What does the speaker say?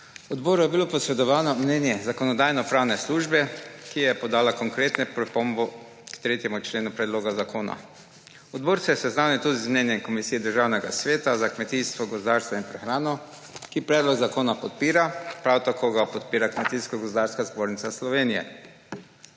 Odboru je bilo posredovano mnenje Zakonodajno-pravne službe, ki je podala konkretno pripombo k 3. členu predloga zakona. Odbor se je seznanil tudi z mnenjem Komisije Državnega sveta za kmetijstvo, gozdarstvo in prehrano, ki predlog zakona podpira, prav tako ga podpira Kmetijsko gozdarska zbornica Slovenije.